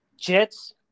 Jets